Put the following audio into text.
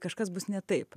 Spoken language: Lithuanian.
kažkas bus ne taip